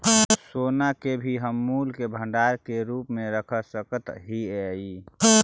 सोना के भी हम मूल्य के भंडार के रूप में रख सकत हियई